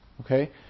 okay